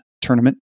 tournament